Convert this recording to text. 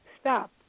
stop